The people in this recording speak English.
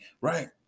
Right